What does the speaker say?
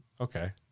okay